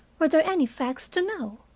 were there any facts to know?